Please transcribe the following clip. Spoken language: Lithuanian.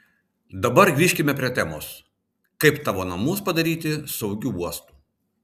dabar grįžkime prie temos kaip tavo namus padaryti saugiu uostu